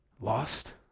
Lost